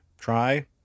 try